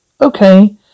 Okay